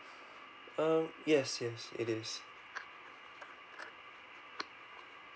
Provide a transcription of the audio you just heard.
uh yes yes it is